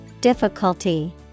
Difficulty